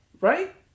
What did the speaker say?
right